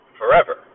forever